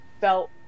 felt